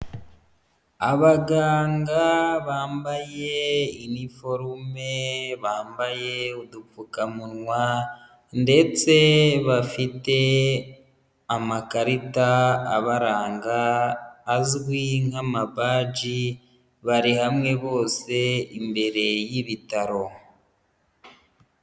Abaganga bambaye iniforume, bambaye udupfukamunwa ndetse bafite amakarita abaranga azwi nk'amabaji, bari hamwe bose imbere y'ibitaro.